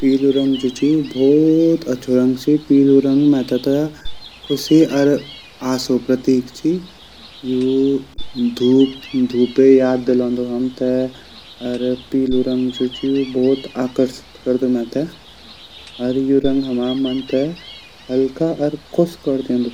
पीलू रंग जु ची उ भोत अच्छू रंग ची पीलू रंग मेते ता ख़ुशी अर आशो प्रतीक ची यू धूपे याद डिलांदु हमते अर पीलू रंग जु ची अर पीलू रंग जो ची उ भोत आकर्षित करदु मेते अर यु रंग हमा मन ते हल्का अर खुश कर दयोन्दू।